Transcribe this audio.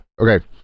Okay